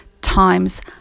times